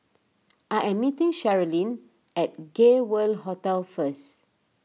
I am meeting Sherilyn at Gay World Hotel first